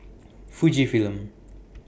Fujifilm